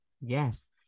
Yes